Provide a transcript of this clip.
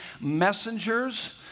messengers